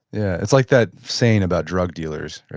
yeah it's like that saying about drug dealers,